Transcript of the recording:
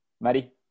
Maddie